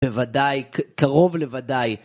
בוודאי, קרוב לוודאי.